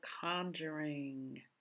Conjuring